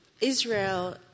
Israel